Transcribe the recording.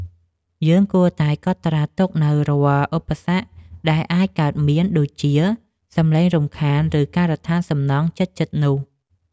យើងគួរតែកត់ត្រាទុកនូវរាល់ឧបសគ្គដែលអាចកើតមាន ដូចជា សំឡេងរំខាន ឬការដ្ឋានសំណង់ជិតៗនោះ។